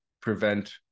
prevent